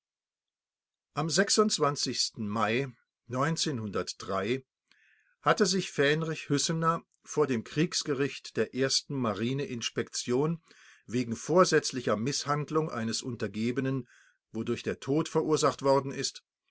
am mai hatte sich fähnrich hüssener vor dem kriegsgericht der ersten marine inspektion wegen vorsätzlicher mißhandlung eines untergebenen wodurch der tod verursacht worden ist